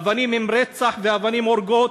אבנים הן רצח ואבנים הורגות,